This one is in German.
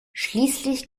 schließlich